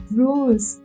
rules